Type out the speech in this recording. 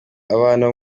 abana